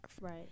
right